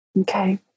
okay